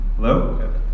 Hello